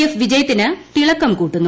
F വിജയത്തിന് തിളക്കം കൂട്ടുന്നു